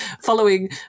following